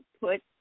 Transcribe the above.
put